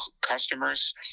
customers